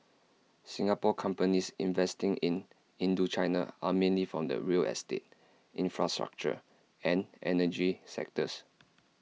Singapore companies investing in Indochina are mainly from the real estate infrastructure and energy sectors